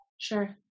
Sure